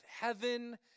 heaven